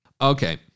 Okay